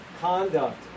conduct